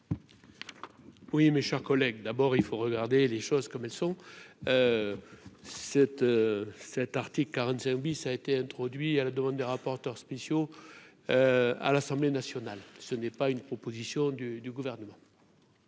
Oui, mes chers collègues, d'abord il faut regarder les choses comme elles sont : cet cet article 45 bis a été introduit à la demande des rapporteurs spéciaux à l'Assemblée nationale, ce n'est pas une proposition du du gouvernement